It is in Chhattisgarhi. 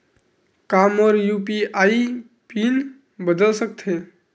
का मोर यू.पी.आई पिन बदल सकथे?